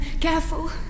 careful